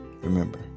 Remember